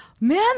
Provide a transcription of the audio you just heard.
Man